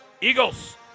Eagles